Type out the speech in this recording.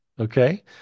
Okay